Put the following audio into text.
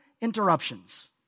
interruptions